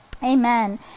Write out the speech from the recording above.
Amen